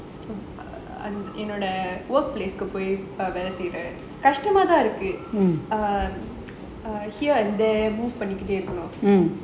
என்னோட:enoda work place போய் வேலை செய்வேன் கஷ்டமாதான் இருக்கு:poi vela seivaen kashtamaa thaan iruku here move பண்ணிகிட்டே இருக்கணும்:pannikittae irukanum